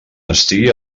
estigui